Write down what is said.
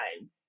times